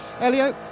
elio